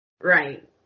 Right